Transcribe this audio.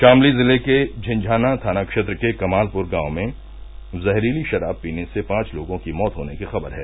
शामली जिले के झिनझाना थाना क्षेत्र के कमालपुर गांव में जहरीली शराब पीने से पांव लोगों की मौत होने की खबर है